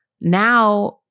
now